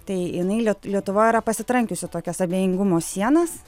tai jinai lietuvoj yra pasitrankiusi tokias abejingumo sienas